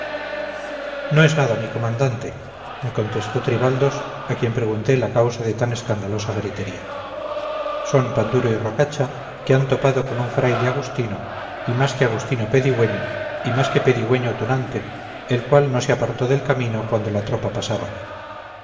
no es nada mi comandante me contestó tribaldos a quien pregunté la causa de tan escandalosa gritería son panduro y rocacha que han topado con un fraile agustino y más que agustino pedigüeño y más que pedigüeño tunante el cual no se apartó del camino cuando la tropa pasaba